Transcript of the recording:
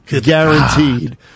guaranteed